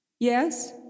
Yes